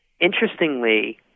Interestingly